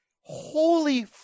Holy